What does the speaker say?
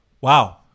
Wow